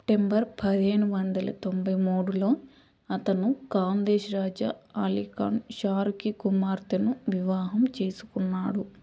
September పదిహేను వందల తొంబై మూడులో అతను ఖాందేష్ రాజా అలీ ఖాన్ షారూక్కీ కుమార్తెను వివాహం చేసుకున్నాడు